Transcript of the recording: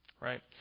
right